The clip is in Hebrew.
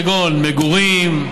כגון מגורים,